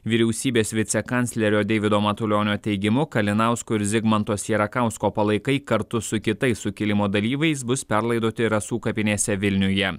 vyriausybės vicekanclerio deivido matulionio teigimu kalinausko ir zigmanto sierakausko palaikai kartu su kitais sukilimo dalyviais bus perlaidoti rasų kapinėse vilniuje